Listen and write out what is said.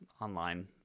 online